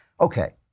Okay